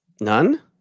None